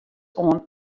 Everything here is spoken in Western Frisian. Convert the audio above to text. oan